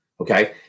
okay